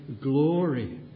Glory